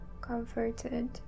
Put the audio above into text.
comforted